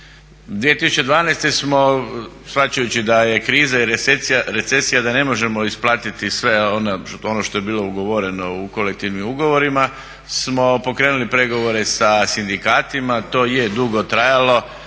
2012. smo shvaćajući da je kriza i recesija i da ne možemo isplatiti sve ono što je bilo ugovoreno u kolektivnim ugovorima smo pokrenuli pregovore sa sindikatima. To je dugo trajalo.